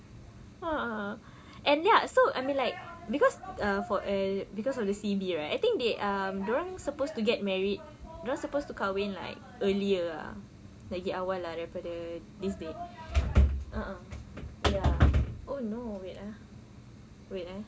ah and ya so I mean like cause uh for uh cause of the C_B right I think they uh dorang supposed to get married dorang supposed to kahwin like earlier ah lagi awal lah daripada this date a'ah ya oh no wait ah wait eh